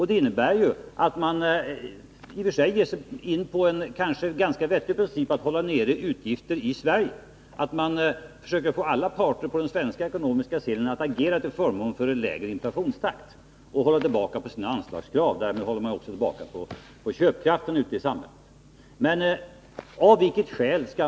Det innebär ju att man i och för sig ger sig in på en kanske ganska vettig princip att hålla nere utgifter i Sverige, att man försöker få alla parter på den svenska ekonomiska scenen att agera till förmån för en lägre inflationstakt och hålla tillbaka sina anslagskrav och därmed också hålla tillbaka köpkraften ute i samhället.